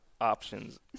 options